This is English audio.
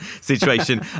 situation